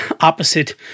opposite